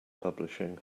publishing